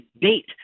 date